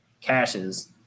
caches